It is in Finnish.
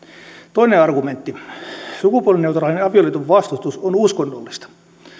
toinen argumentti sukupuolineutraalin avioliiton vastustus on uskonnollista